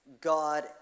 God